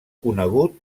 conegut